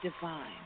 divine